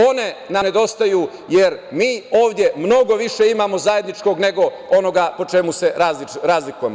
One nam nedostaju, jer mi ovde mnogo više imamo zajedničkog nego onoga po čemu se razlikujemo.